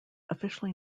officially